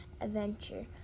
adventure